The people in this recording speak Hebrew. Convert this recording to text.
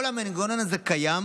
כל המנגנון הזה קיים